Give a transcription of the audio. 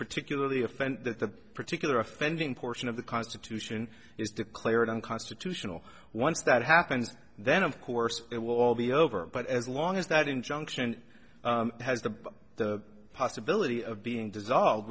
particularly offend the particular offending portion of the constitution is declared unconstitutional once that happens then of course it will all be over but as long as that injunction has the possibility of being dissolved